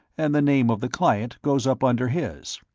and the name of the client goes up under his.